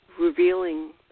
revealing